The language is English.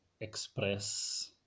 express